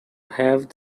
have